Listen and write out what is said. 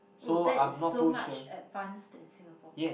oh that is so much advance than Singapore